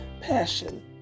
passion